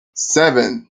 seven